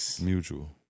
Mutual